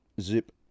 zip